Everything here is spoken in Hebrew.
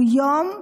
הוא יום,